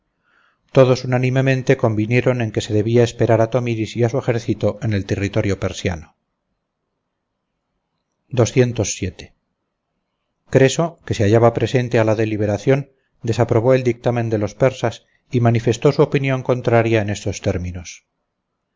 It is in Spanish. todos unánimemente convinieron en que se debía esperar a tomiris y a su ejército en el territorio persiano creso que se hallaba presente a la deliberación desaprobó el dictamen de los persas y manifestó su opinión contraria en estos términos